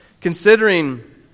considering